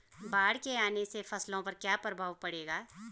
बाढ़ के आने से फसलों पर क्या प्रभाव पड़ेगा?